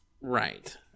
right